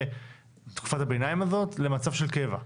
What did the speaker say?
תקופת הביניים הזאת למצב של קבע?